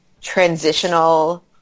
transitional